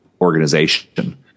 organization